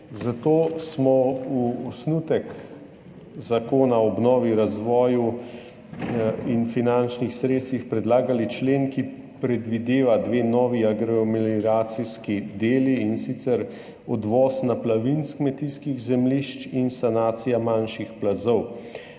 zato smo v osnutku zakona o obnovi, razvoju in finančnih sredstvih predlagali člen, ki predvideva dve novi agromelioracijski deli, in sicer odvoz naplavin s kmetijskih zemljišč in sanacija manjših plazov.